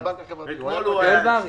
אתמול הוא היה אצלי.